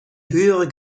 höhere